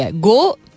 Go